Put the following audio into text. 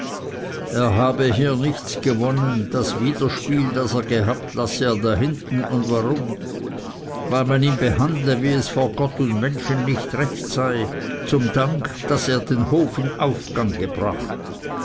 er habe hier nichts gewonnen das widerspiel was er gehabt lasse er dahinten und warum weil man ihn behandle wie es vor gott und menschen nicht recht sei zum dank daß er den hof in aufgang gebracht